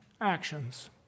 actions